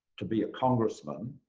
to be a congressman,